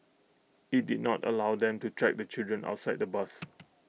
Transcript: IT did not allow them to track the children outside the bus